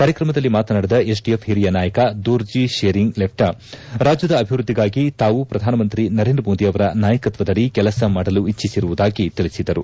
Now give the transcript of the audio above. ಕಾರ್ಯಕ್ರಮದಲ್ಲಿ ಮಾತನಾಡಿದ ಎಸೆಡಿಎಫ್ ಹಿರಿಯ ನಾಯಕ ದೊರ್ಜಿ ಶೇರಿಂಗ್ ಲೆಪ್ಟಾ ರಾಜ್ಯದ ಅಭಿವೃದ್ದಿಗಾಗಿ ತಾವು ಪ್ರಧಾನಮಂತ್ರಿ ನರೇಂದ್ರ ಮೋದಿ ಅವರ ನಾಯಕತ್ವದಡಿ ಕೆಲಸ ಮಾಡಲು ಇಚ್ಲಿಸಿರುವುದಾಗಿ ತಿಳಿಸಿದರು